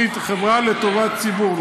חברה לטובת ציבור.